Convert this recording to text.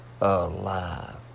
alive